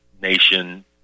nation